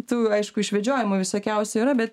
tų aišku išvedžiojimų visokiausių yra bet